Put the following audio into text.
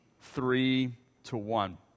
three-to-one